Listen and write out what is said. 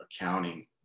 Accounting